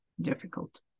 difficult